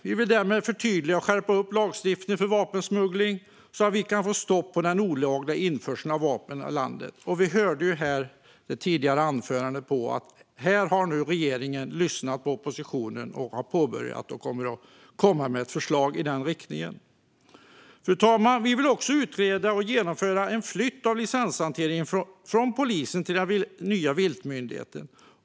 Vi vill därmed förtydliga och skärpa lagstiftningen för vapensmuggling, så att vi kan få stopp på den olagliga införseln av vapen i landet. Vi hörde i det föregående anförandet att regeringen nu har lyssnat på oppositionen och påbörjat arbetet och kommer att komma med ett förslag i den riktningen. Fru talman! Vi vill utreda och genomföra en flytt av licenshanteringen från polisen till den nya viltmyndigheten.